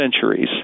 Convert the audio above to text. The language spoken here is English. centuries